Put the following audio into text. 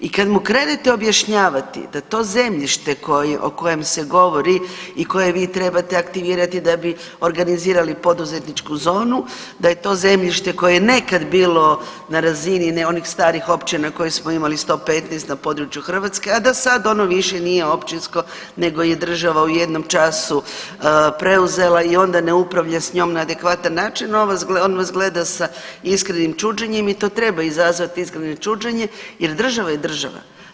I kad mu krenete objašnjavati da to zemljište o kojem se govori o koje vi trebate aktivirati da bi organizirali poduzetničku zonu, da je to zemljište koje je nekad bilo na razini ne onih starih općina koje smo imali 115 na području Hrvatske, a da sad ono više nije općinsko nego je država u jednom času preuzela i onda ne upravlja s njom na adekvatan način, on vas gleda sa iskrenim čuđenjem, i to treba izazvati iskreno čuđenje jer država je država.